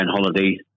holiday